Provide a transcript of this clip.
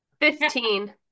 Fifteen